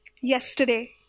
yesterday